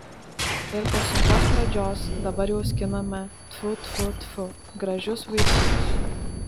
ir po sunkios pradžios dabar jau skiname tfu tfu tfu gražius vaisius